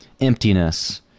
emptiness